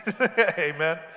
Amen